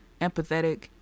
empathetic